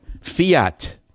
fiat